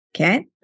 Okay